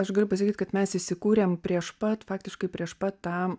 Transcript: aš galiu pasakyt kad mes įsikūrėm prieš pat faktiškai prieš pat tam